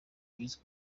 boys